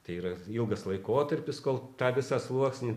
tai yra ilgas laikotarpis kol tą visą sluoksnį